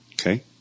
okay